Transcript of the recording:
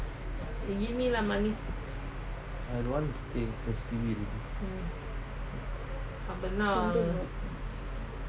I don't want to stay H_D_B already